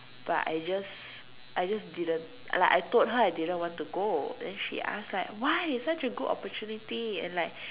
but I just I just didn't like I told her I didn't want to go then she ask like why it's such a good opportunity and like